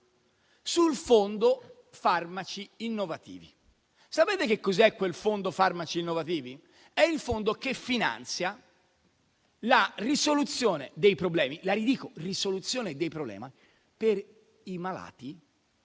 Sul fondo farmaci innovativi. Sapete cos'è quel fondo farmaci innovativi? È il fondo che finanzia la risoluzione dei problemi - lo